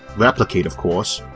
replicate of course,